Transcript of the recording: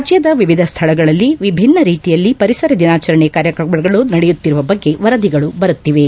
ರಾಜ್ಯದ ವಿವಿಧ ಸ್ಥಳಗಳಲ್ಲಿ ವಿಭಿನ್ನ ರೀತಿಯಲ್ಲಿ ಪರಿಸರ ದಿನಾಚರಣೆ ಕಾರ್ಯಕ್ರಮಗಳು ನಡೆಯುತ್ತಿರುವ ಬಗ್ಗೆ ವರದಿಗಳು ಬರುತ್ತಿವೆ